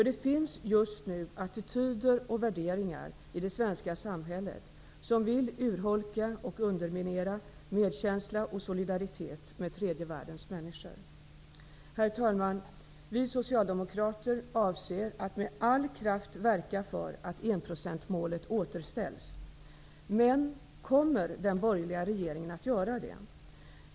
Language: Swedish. Det finns just nu attityder och värderingar i det svenska samhället som tyder på att man vill urholka och underminera medkänsla och solidaritet med tredje världens människor. Herr talman! Vi socialdemokrater avser att med all kraft verka för att enprocentsmålet återställs. Men kommer den borgerliga regeringen att göra det?